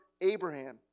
Abraham